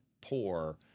poor